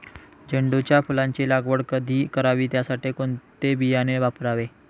झेंडूच्या फुलांची लागवड कधी करावी? त्यासाठी कोणते बियाणे वापरावे?